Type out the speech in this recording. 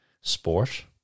sport